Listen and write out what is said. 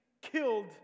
killed